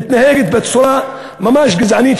מתנהגת בצורה ממש גזענית,